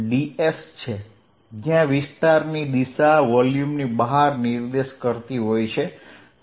ds છે જ્યાં વિસ્તારની દિશા વોલ્યુમની બહાર નિર્દેશ કરતી હોય છે